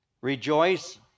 rejoice